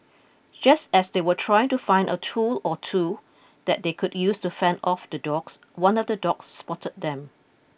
just as they were trying to find a tool or two that they could use to fend off the dogs one of the dogs spotted them